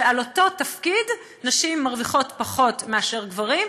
שבאותו תפקיד נשים מרוויחות פחות מאשר גברים,